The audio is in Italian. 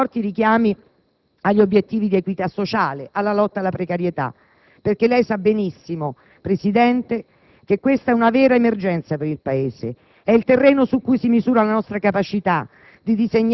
dai suoi forti richiami agli obiettivi di equità sociale, di lotta alla precarietà, perché lei sa benissimo, Presidente, che questa è una vera emergenza per il Paese, il terreno su cui si misura la nostra capacità